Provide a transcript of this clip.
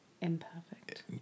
Imperfect